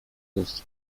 ust